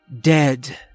dead